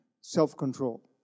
self-control